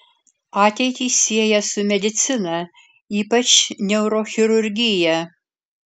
ateitį sieja su medicina ypač neurochirurgija